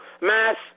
Mass